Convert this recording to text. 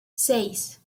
seis